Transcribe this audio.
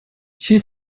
she